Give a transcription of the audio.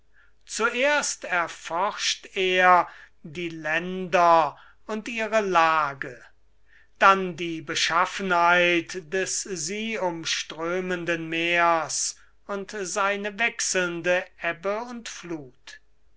zuerst erforscht er die länder und ihre lage dann die beschaffenheit des sie umströmenden meers und seine wechselnde ebbe und flut